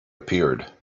appeared